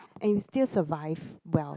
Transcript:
and it still survive well